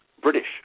British